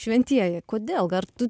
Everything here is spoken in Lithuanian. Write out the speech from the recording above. šventieji kodėl ar tu